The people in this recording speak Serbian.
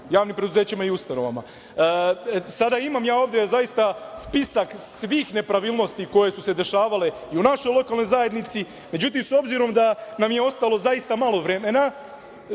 javnim preduzećima i ustanovama. Sada imam ja ovde zaista spisak svih nepravilnosti koje su se dešavale i u našoj lokalnoj zajednici. Međutim, s obzirom da nam je ostalo zaista malo vremena…